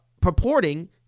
purporting